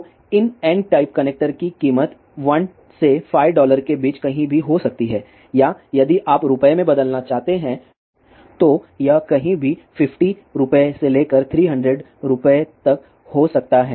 तो इन N type connector की कीमत 1 से 5 डॉलर के बीच कहीं भी हो सकती है या यदि आप रुपये में बदलना चाहते हैं तो यह कहीं भी 50 रुपये से लेकर 300 रुपये तक हो सकता है